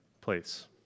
place